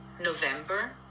November